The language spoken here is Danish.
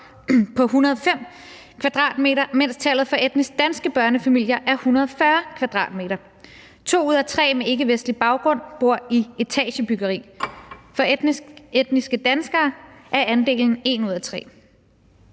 på 105 m², mens tallet for etnisk danske børnefamilier er 140 m². To ud af tre med ikkevestlig baggrund bor i etagebyggeri. For etniske danskere er andelen en ud af